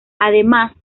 además